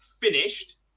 finished